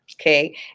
Okay